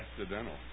accidental